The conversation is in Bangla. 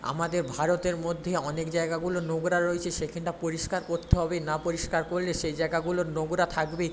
আমাদের ভারতের মধ্যে অনেক জায়গাগুলো নোংড়া রয়েছে সেখেনটা পরিষ্কার করতে হবে না পরিষ্কার করলে সেই জায়গাগুলো নোংড়া থাকবে